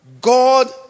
God